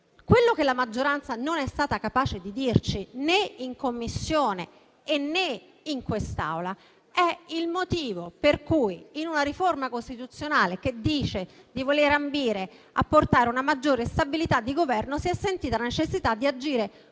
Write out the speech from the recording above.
Quello che la maggioranza non è stata capace di dirci, né in Commissione, né in quest'Aula, è il motivo per cui, in una riforma costituzionale che dice di voler ambire a portare una maggiore stabilità di Governo, si è sentita la necessità di agire